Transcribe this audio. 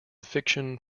fiction